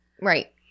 Right